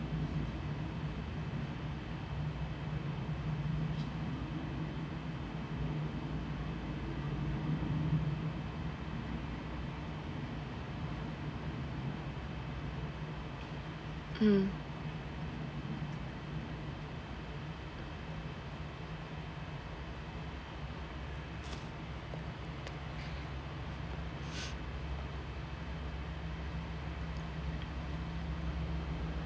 mm